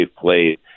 played